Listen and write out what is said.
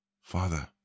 Father